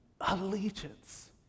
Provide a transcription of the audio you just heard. allegiance